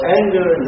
anger